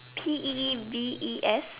P E E V E S